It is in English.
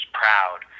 proud